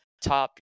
top